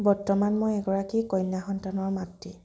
বৰ্তমান মই এগৰাকী কন্যা সন্তানৰ মাতৃ